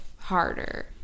harder